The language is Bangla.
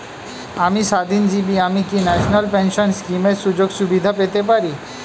আমি স্বাধীনজীবী আমি কি ন্যাশনাল পেনশন স্কিমের সুযোগ সুবিধা পেতে পারি?